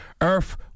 Earth